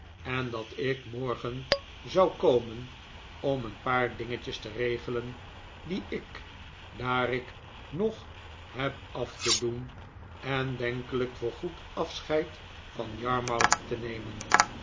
en dat ik morgen zou komen om de paar dingetjes te regelen die ik daar nog heb af te doen en denkelijk voorgoed afscheid van yarmouth te nemen